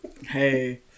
Hey